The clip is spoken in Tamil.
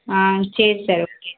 ஆ சரி சார் ஓகே சார்